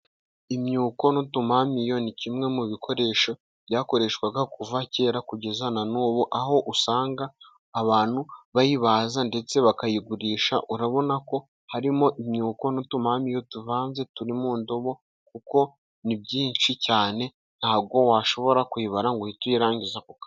Imyuko n'utumamiro ni kimwe mu bikoresho byakoreshwaga kuva kera kugeza na n'ubu, aho usanga abantu bayibaza ndetse bakayigurisha urabona ko harimo imyuko n'utuyumamiro tuvanze turi mu ndobo, kuko ni byinshi cyane ntago washobora kuyibara ngo uhite uyirangiza ako kanya.